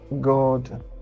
God